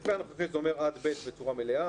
המתווה הנוכחי זה אומר עד ב' בצורה מלאה